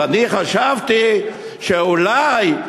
אז אני חשבתי שאולי,